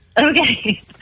Okay